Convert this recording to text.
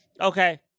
Okay